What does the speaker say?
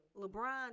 LeBron